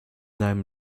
deinem